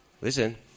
listen